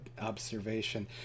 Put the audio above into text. observation